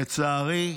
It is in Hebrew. לצערי,